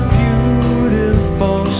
beautiful